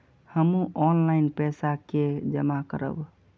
हमू ऑनलाईनपेसा के जमा करब?